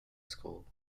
school